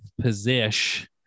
position